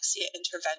intervention